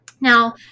Now